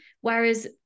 Whereas